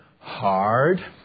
Hard